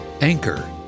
Anchor